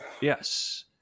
Yes